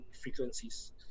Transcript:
frequencies